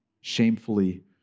Shamefully